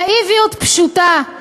נאיביות פשוטה.